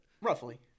Roughly